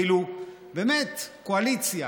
כאילו, באמת, קואליציה.